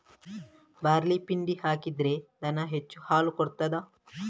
Barley ಪಿಂಡಿ ಹಾಕಿದ್ರೆ ದನ ಹೆಚ್ಚು ಹಾಲು ಕೊಡ್ತಾದ?